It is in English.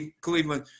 Cleveland –